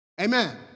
Amen